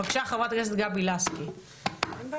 חברת הכנסת גבי לסקי, בבקשה.